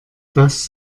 das